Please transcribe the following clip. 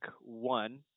One